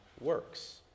works